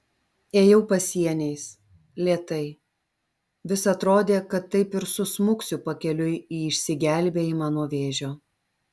ėjau pasieniais lėtai vis atrodė kad taip ir susmuksiu pakeliui į išsigelbėjimą nuo vėžio